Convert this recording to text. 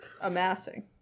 Amassing